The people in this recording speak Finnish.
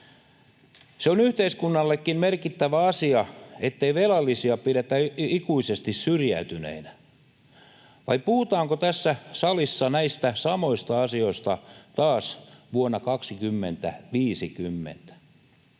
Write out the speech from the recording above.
Se on yhteiskunnallekin merkittävä asia, ettei velallisia pidetä ikuisesti syrjäytyneinä. Vai puhutaanko tässä salissa näistä samoista asioista taas vuonna 2050?